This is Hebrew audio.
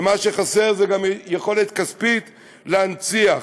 ומה שחסר זה גם יכולת כספית להנציח.